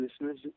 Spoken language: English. listeners